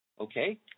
okay